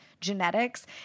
genetics